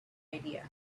idea